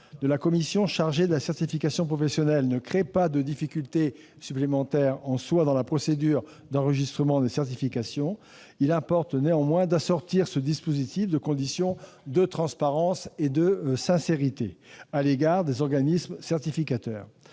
de la commission chargée de la certification professionnelle ne crée pas de difficulté supplémentaire en soi dans la procédure d'enregistrement des certifications, il importe néanmoins d'assortir ce dispositif de conditions de transparence et de sincérité à l'égard des organismes certificateurs.